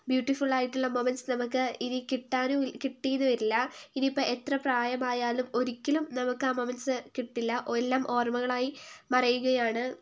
ബ്യൂട്ടിഫുള്ളായിട്ടുള്ള moments നമുക്ക് ഇനി കിട്ടാനും കിട്ടിയെന്നു വരില്ല ഇനിയിപ്പോൾ എത്ര പ്രായമായാലും ഒരിക്കലും നമുക്ക് ആ മൊമെൻസ് കിട്ടില്ല ഓ എല്ലാം ഓർമ്മകളായി മറയുകയാണ്